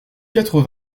quatre